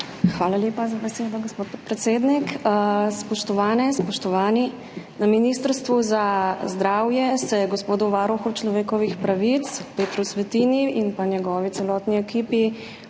Hvala lepa za besedo, gospod podpredsednik. Spoštovane, spoštovani! Na Ministrstvu za zdravje se gospodu varuhu človekovih pravic Petru Svetini in njegovi celotni ekipi